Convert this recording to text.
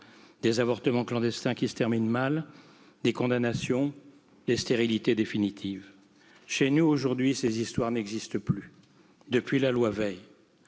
des avortements clandestins qui se terminent mal, des condamnations, des stérilité définitives. nous, aujourd'hui, ces histoires n'existent pluss depuis la loi veil